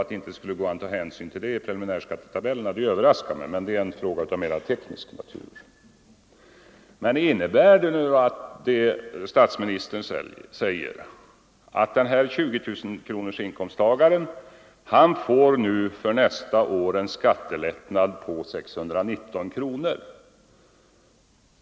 Att det inte skulle gå att ta hänsyn till det i preliminärskattetabellerna överraskar mig som sagt. Men det är en fråga av mera teknisk natur. Statsministern säger att 20 000-kronorsinkomsttagaren för nästa år får en lättnad på 619 kronor.